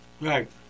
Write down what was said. Right